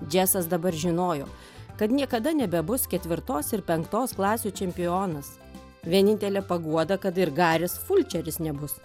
džesas dabar žinojo kad niekada nebebus ketvirtos ir penktos klasių čempionas vienintelė paguoda kad ir garis fulčeris nebus